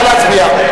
נא להצביע.